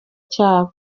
cyabo